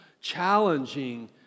challenging